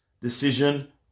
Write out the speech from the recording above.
decision